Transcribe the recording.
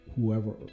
whoever